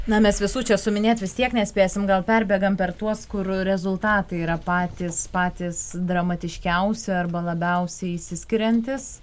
na mes visų čia suminėt vis tiek nespėsim gal perbėgam per tuos kur rezultatai yra patys patys dramatiškiausi arba labiausiai išsiskiriantys